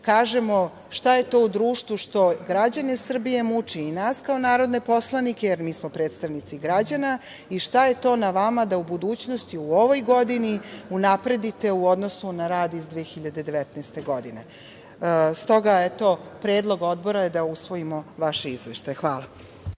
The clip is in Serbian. kažemo šta je to u društvu što građane Srbije muči, i nas kao narodne poslanike, jer mi smo predstavnici građana, i šta je to na vama da u budućnosti u ovoj godini unapredite u odnosu na rad iz 2019. godine. Stoga je predlog Odbora da usvojimo vaš izveštaj. Hvala.